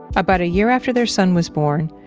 about a year after their son was born,